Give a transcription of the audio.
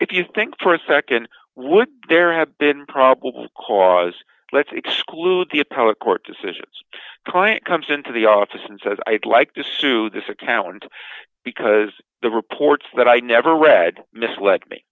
if you think for a nd would there have been probable cause let's exclude the appellate court decisions client comes into the office and says i'd like to sue this account because the reports that i never read misled me